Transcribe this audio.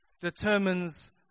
determines